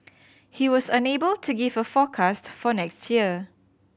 he was unable to give a forecast for next year